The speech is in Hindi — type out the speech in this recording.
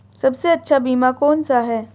सबसे अच्छा बीमा कौन सा है?